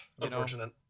Unfortunate